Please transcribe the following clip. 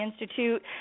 Institute